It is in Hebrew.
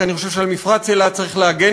כי אני חושב שעל מפרץ אילת צריך להגן